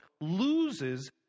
loses